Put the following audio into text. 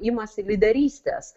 imasi lyderystės